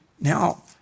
now